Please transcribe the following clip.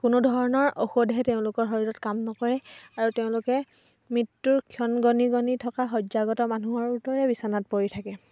কোনো ধৰণৰ ঔষধে তেওঁলোকৰ শৰীৰত কাম নকৰে আৰু তেওঁলোকে মৃত্যুৰ ক্ষণ গণি গণি থকা শয্যাগত মানুহৰ দৰে বিচনাত পৰি থাকে